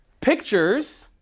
Pictures